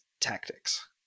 tactics